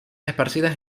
esparcidas